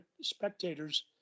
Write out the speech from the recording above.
spectators